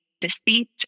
deceit